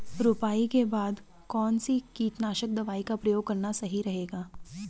रुपाई के बाद कौन सी कीटनाशक दवाई का प्रयोग करना सही रहेगा?